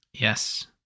Yes